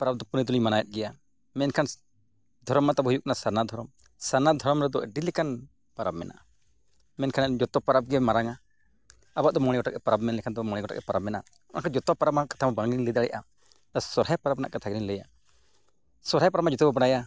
ᱯᱚᱨᱚᱵᱽ ᱫᱚ ᱯᱩᱱᱟᱹᱭ ᱫᱚᱞᱤᱧ ᱢᱟᱱᱟᱣᱮᱫ ᱜᱮᱭᱟ ᱢᱮᱱᱠᱷᱟᱱ ᱫᱷᱚᱨᱚᱢ ᱢᱚᱛᱟ ᱵᱚᱱ ᱦᱩᱭᱩᱜ ᱠᱟᱱᱟ ᱥᱟᱨᱱᱟ ᱫᱷᱚᱨᱚᱢ ᱥᱟᱨᱱᱟ ᱫᱷᱚᱨᱚᱢ ᱨᱮᱫᱚ ᱟᱹᱰᱤ ᱞᱮᱠᱟᱱ ᱯᱚᱨᱚᱵᱽ ᱢᱮᱱᱟᱜᱼᱟ ᱢᱮᱱᱠᱷᱟᱱ ᱡᱚᱛᱚ ᱯᱚᱨᱚᱵᱽ ᱜᱮ ᱢᱟᱨᱟᱝᱟ ᱟᱵᱚᱣᱟᱜ ᱫᱚ ᱢᱚᱬᱮ ᱜᱚᱴᱮᱡ ᱜᱮ ᱯᱚᱨᱚᱵᱽ ᱢᱮᱱ ᱞᱠᱷᱮᱱ ᱫᱚ ᱢᱚᱬᱮ ᱜᱚᱴᱮᱡ ᱜᱮ ᱯᱚᱨᱚᱵᱽ ᱢᱮᱱᱟᱜᱼᱟ ᱚᱱᱠᱟ ᱡᱚᱛᱚ ᱯᱚᱨᱚᱵᱽ ᱨᱮᱱᱟᱜ ᱠᱟᱛᱷᱟᱢᱟ ᱵᱟᱝᱤᱧ ᱞᱟᱹᱭ ᱫᱟᱲᱮᱭᱟᱜᱼᱟ ᱥᱚᱦᱨᱟᱭ ᱯᱚᱨᱚᱵᱽ ᱨᱮᱱᱟᱜ ᱠᱟᱛᱷᱟ ᱜᱮᱞᱤᱧ ᱞᱟᱹᱭᱟ ᱥᱚᱦᱨᱟᱭ ᱯᱚᱵᱚᱽ ᱢᱟ ᱡᱚᱛᱚ ᱵᱚᱱ ᱵᱟᱰᱟᱭᱟ